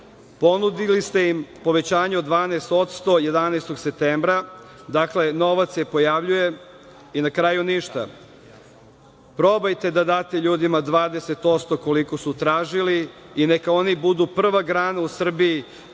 Ponudili ste im povećanje od 12% 11. septembra, dakle novac se pojavljuje i na kraju ništa. Probajte da date ljudima 20%, koliko su tražili, i neka oni budu prva grana u Srbiji